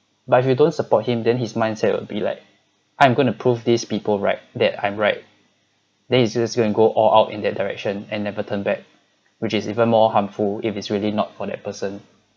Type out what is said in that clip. but if you don't support him then his mindset will be like I'm going to prove these people right that I'm right then he's just go and go all out in that direction and never turn back which is even more harmful if it's really not for that person